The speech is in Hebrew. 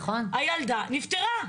הילדה נפטרה.